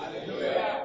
Hallelujah